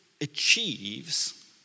achieves